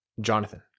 Jonathan